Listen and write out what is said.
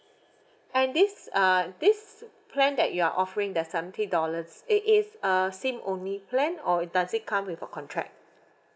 and this uh this plan that you are offering the seventy dollars it is a SIM only plan or does it come with a contract